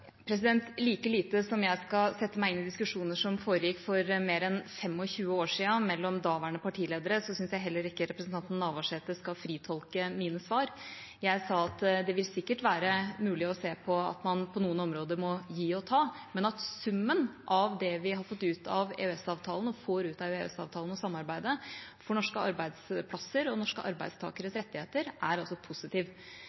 Like lite som jeg skal sette meg inn i diskusjoner som foregikk for mer enn 25 år siden mellom daværende partiledere, syns jeg representanten Navarsete skal fritolke mine svar. Jeg sa at det vil sikkert være mulig å se at man på noen områder må gi og ta, men at summen av det vi har fått ut av og får ut av EØS-avtalen og EØS-samarbeidet for norske arbeidsplasser og norske